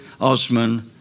Osman